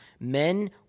men